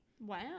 Wow